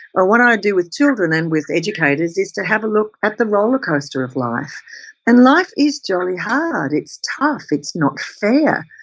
what i do with children and with educator's is to have a look at the roller-coaster of life and life is jolly hard, it's tough, it's not fair,